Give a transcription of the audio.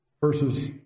versus